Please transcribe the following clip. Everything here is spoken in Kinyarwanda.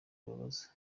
bibabaza